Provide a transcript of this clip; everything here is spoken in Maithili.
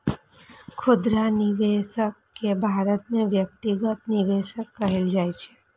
खुदरा निवेशक कें भारत मे व्यक्तिगत निवेशक कहल जाइ छै